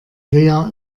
lea